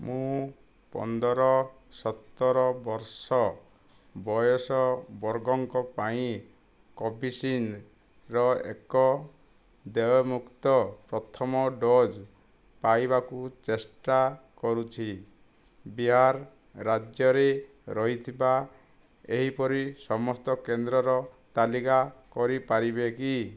ମୁଁ ପନ୍ଦର ସତର ବର୍ଷ ବୟସ ବର୍ଗଙ୍କ ପାଇଁ କୋଭିଶିଲ୍ଡ୍ର ଏକ ଦେୟମୁକ୍ତ ପ୍ରଥମ ଡୋଜ୍ ପାଇବାକୁ ଚେଷ୍ଟା କରୁଛି ବିହାର ରାଜ୍ୟରେ ରହିଥିବା ଏହିପରି ସମସ୍ତ କେନ୍ଦ୍ରର ତାଲିକା କରିପାରିବେ କି